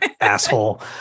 asshole